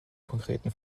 konkreten